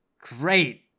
Great